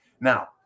Now